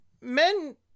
men